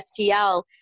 STL